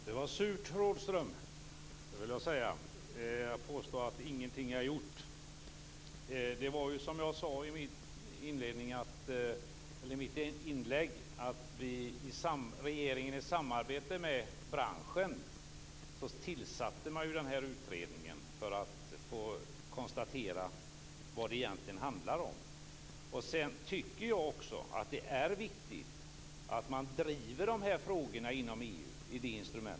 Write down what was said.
Fru talman! Det var surt, Rådhström, att påstå att ingenting är gjort. Det var så, som jag sade i mitt inlägg, att regeringen i samarbete med branschen tillsatte den här utredningen för att konstatera vad det egentligen handlar om. Jag tycker också att det är viktigt att driva de här frågorna inom EU.